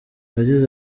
yagize